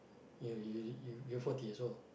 you you you you forty years old